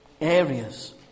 areas